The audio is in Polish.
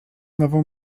nową